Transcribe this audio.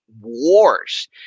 wars